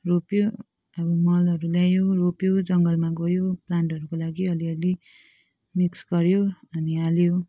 रोप्यो अब मलहरू ल्यायो रोप्यो जङ्गलमा गयो प्लान्टहरूको लागि अलि अलि मिक्स गर्यो अनि हाल्यो